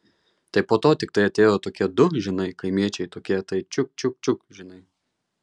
tai po to tiktai atėjo tokie du žinai kaimiečiai tokie tai čiuk čiuk čiuk žinai